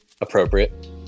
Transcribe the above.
appropriate